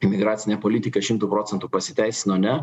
imigracinė politika šimtu procentų pasiteisino ne